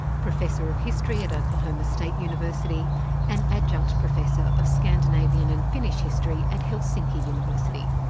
professor of history at oklahoma state university and adjunct professor of scandinavian and finnish history at helsinki university.